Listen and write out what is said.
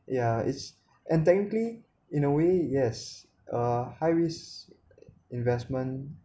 yeah it's and thankfully in a way yes uh high risk investment